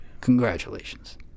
Congratulations